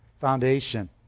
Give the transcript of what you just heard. foundation